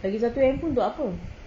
lagi satu handphone untuk apa